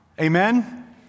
Amen